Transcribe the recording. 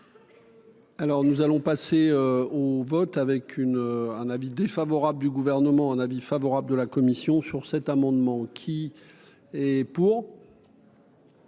Alors, nous allons passer au vote avec une un avis défavorable du gouvernement, un avis favorable de la commission sur cet amendement, qui est pour.